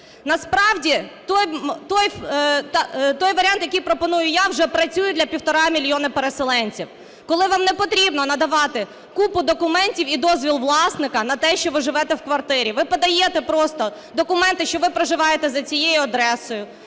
Насправді той варіант, який пропоную я, вже працює для півтора мільйонів переселенців. Коли вам не потрібно надавати купу документів і дозвіл власника на те, що ви живете в квартирі. Ви подаєте просто документи, що ви проживаєте за цією адресою.